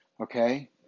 Okay